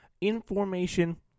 Information